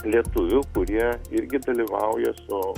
lietuvių kurie irgi dalyvauja to